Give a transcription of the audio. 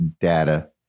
data